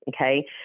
okay